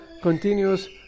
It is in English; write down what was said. continues